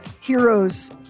heroes